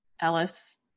Ellis